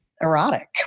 erotic